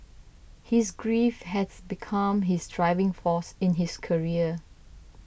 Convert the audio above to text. his grief has become his driving force in his career